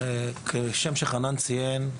כשם שחנן ציין,